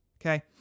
Okay